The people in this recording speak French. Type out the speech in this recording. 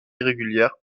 irrégulière